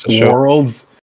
Worlds